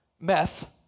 meth